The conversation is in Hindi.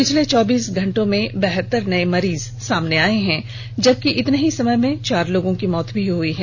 पिछले चौबीस घंटे में बहत्तर नये मरीज सामने आये हैं जबकि इतने ही समय में चार लोगों की मौत हुई है